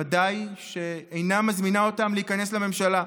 ובוודאי שאינה מזמינה אותם להיכנס לממשלה.